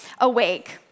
awake